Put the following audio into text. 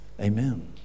Amen